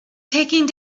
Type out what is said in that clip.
taking